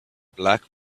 black